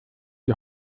die